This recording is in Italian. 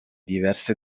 diverse